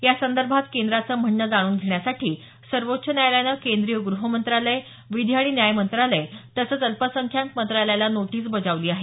यासंदर्भात केंद्राचं म्हणणं जाणून घेण्यासाठी सर्वोच्च न्यायालयानं केंद्रीय गृह मंत्रालय विधी आणि न्याय मंत्रालय तसंच अल्पसंख्याक मंत्रालयाला नोटीस बजावली आहे